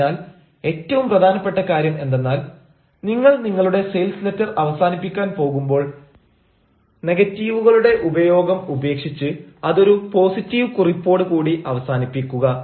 അതിനാൽ ഏറ്റവും പ്രധാനപ്പെട്ട കാര്യം എന്തെന്നാൽ നിങ്ങൾ നിങ്ങളുടെ സെയിൽസ് ലെറ്റർ അവസാനിപ്പിക്കാൻ പോകുമ്പോൾ നെഗറ്റീവുകളുടെ ഉപയോഗം ഉപേക്ഷിച്ച് അതൊരു പോസിറ്റീവ് കുറിപ്പോട് കൂടി അവസാനിപ്പിക്കുക